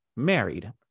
married